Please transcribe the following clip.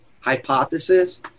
hypothesis